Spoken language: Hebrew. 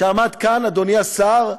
שעמד כאן, אדוני השר,